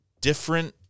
different